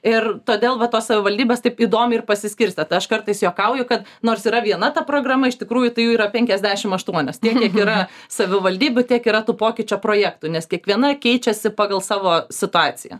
ir todėl va tos savivaldybės taip įdomiai ir pasiskirstė tai aš kartais juokauju kad nors yra viena ta programa iš tikrųjų tai jų yra penkiasdešim aštuonios tiek kiek yra savivaldybių tiek yra tų pokyčio projektų nes kiekviena keičiasi pagal savo situaciją